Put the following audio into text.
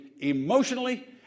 emotionally